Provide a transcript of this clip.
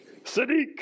sadiq